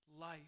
life